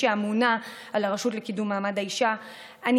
שאמונה על הרשות לקידום מעמד האישה אני